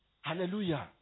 Hallelujah